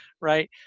right